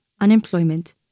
unemployment